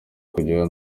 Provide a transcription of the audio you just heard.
kugeraho